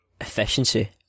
efficiency